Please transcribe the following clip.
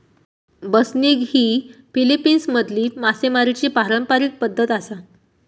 बसनिग ही फिलीपिन्समधली मासेमारीची पारंपारिक पद्धत आसा